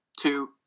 two